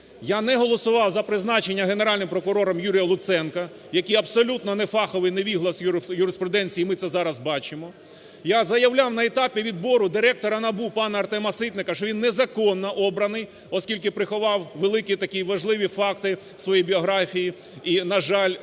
Я не голосував за призначення Генеральним прокурором Юрія Луценка, який абсолютно нефаховий, невіглас в юриспруденції, і ми це зараз бачимо. Я заявляв на етапі відбору директора НАБУ пана Артема Ситника, що він незаконно обраний, оскільки приховав великі такі важливі факти своєї біографії, і, на жаль,